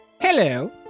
Hello